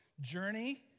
journey